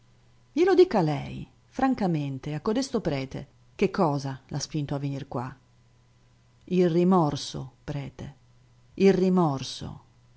glielo dica lei francamente a codesto prete che cosa l'ha spinto a venir qua il rimorso prete il rimorso